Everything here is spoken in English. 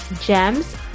gems